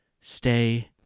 Stay